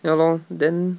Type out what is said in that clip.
ya lor then